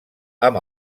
amb